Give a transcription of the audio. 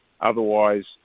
Otherwise